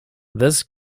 this